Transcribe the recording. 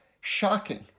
shocking